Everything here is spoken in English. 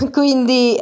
quindi